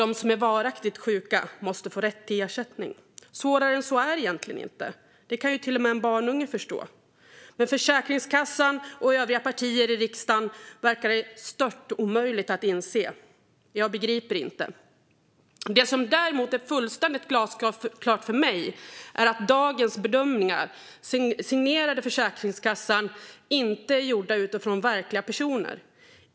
De som är varaktigt sjuka måste få rätt till ersättning. Svårare än så är det egentligen inte. Det kan ju till och med en barnunge förstå. Men för Försäkringskassan och övriga partier i riksdagen verkar det stört omöjligt att inse det här. Jag begriper inte detta. Det som däremot är fullständigt glasklart för mig är att dagens bedömningar, signerade Försäkringskassan, inte är gjorda utifrån verkliga personer.